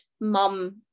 mum